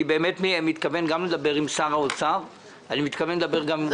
אני באמת מתכוון לדבר גם עם שר האוצר ועם ראש הממשלה.